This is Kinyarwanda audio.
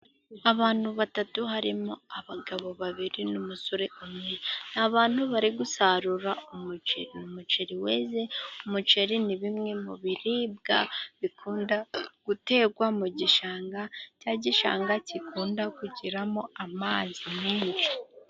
Abantu batatu harimo abagabo babiri n'umusore umwe. Ni abantu bari gusarura umuceri weze. Umuceri ni bimwe mu biribwa bikunda guterwa mu gishanga, cya gishanga gikunda kugiramo amazi menshi.